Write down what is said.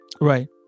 Right